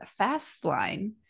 Fastline